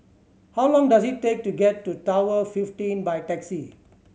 how long does it take to get to Tower fifteen by taxi